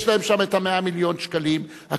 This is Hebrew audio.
יש להם שם את 100 מיליון השקלים הקשורים